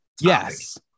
Yes